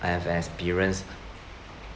I have an experience